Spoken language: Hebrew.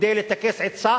כדי לטכס עצה